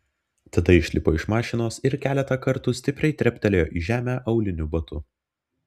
tada išlipo iš mašinos ir keletą kartų stipriai treptelėjo į žemę auliniu batu